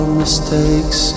mistakes